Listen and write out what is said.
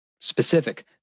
Specific